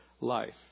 life